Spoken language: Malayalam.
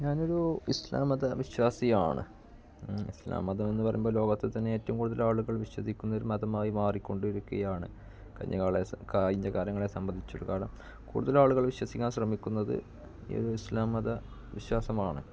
ഞാനൊരു ഇസ്ലാം മതവിശ്വാസിയാണ് ഇസ്ലാം മതം എന്നു പറയുമ്പോൾ ലോകത്തിൽത്തന്നെ ഏറ്റവും കൂടുതലാളുകൾ വിശ്വസിക്കുന്നൊരു മതമായി മാറിക്കൊണ്ടിരിക്കുകയാണ് കഴിഞ്ഞ കാലശ കഴിഞ്ഞ കാലങ്ങളെ സംബന്ധിച്ചിടത്തോളം കൂടുതലാളുകൾ വിശ്വസിക്കാൻ ശ്രമിക്കുന്നത് ഈ ഇസ്ലാം മതവിശ്വാസമാണ്